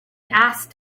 asked